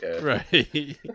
Right